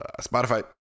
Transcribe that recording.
Spotify